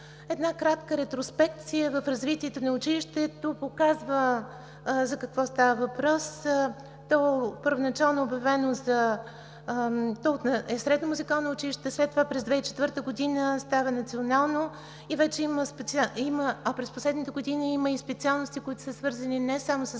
Една кратка ретроспекция в развитието на училището показва за какво става въпрос. Първоначално е средно музикално училище, след това през 2004 г. става национално, а през последните години има и специалности, които са свързани не само с